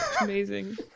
Amazing